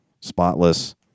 spotless